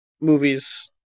movies